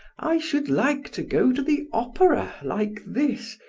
i should like to go to the opera like this,